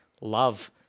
love